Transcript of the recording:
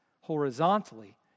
horizontally